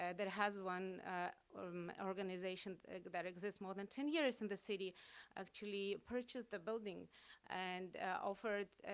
and that has one organization that exists more than ten years in the city actually purchased the building and offered.